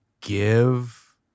give